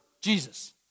Jesus